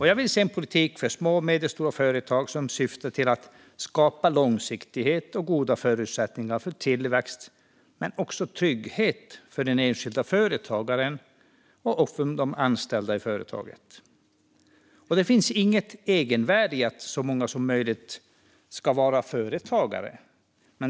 Jag vill se en politik för små och medelstora företag som syftar till att skapa långsiktighet och goda förutsättningar för tillväxt men också trygghet för den enskilda företagaren och för de anställda i företaget. Det finns inget egenvärde i att så många som möjligt ska vara företagare.